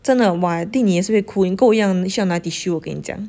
真的 !wah! I think 你也是会哭你跟我一样需要拿 tissue 我跟你讲